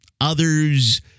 Others